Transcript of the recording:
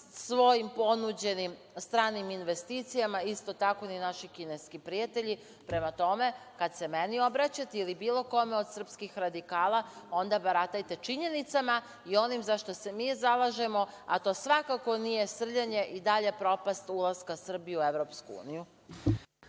svojim ponuđenim stranim investicijama, isto tako, ni naši kineski prijatelji. Prema tome, kada se meni obraćate ili bilo kome od srpskih radikala, onda baratajte činjenica i onim za šta se mi zalažemo, a to svakako nije srljanje i dalja propast ulaska Srbije u EU.